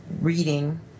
reading